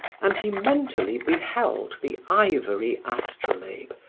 and he mentally beheld the ivory astrolabe,